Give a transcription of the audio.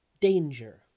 Danger